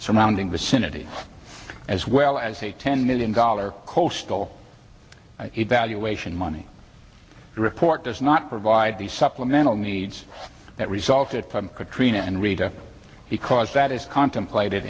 surrounding vicinity as well as a ten million dollars coastal evaluation money report does not provide the supplemental needs that resulted from katrina and rita because that is contemplated